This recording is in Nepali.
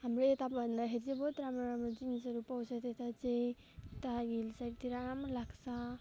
हाम्रो यता भन्दाखेरि चाहिँ बहुत राम्रो राम्रो जिनिसहरू पाउँछ त्यता चाहिँ उता हिल साइडतिर राम्रो लाग्छ